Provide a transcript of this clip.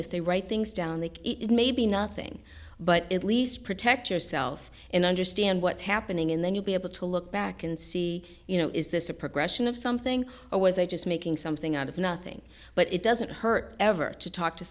if they write things down the it may be nothing but at least protect yourself and understand what's happening in then you'll be able to look back and see you know is this a progression of something or was i just making something out of nothing but it doesn't hurt ever to talk to